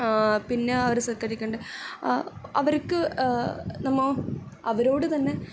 പിന്നെ അവരെ സത്ക്കരിക്കേണ്ട അവർക്ക് നമ്മോ അവരോട് തന്നെ